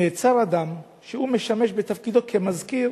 נעצר אדם שמשמש בתפקידו כמזכיר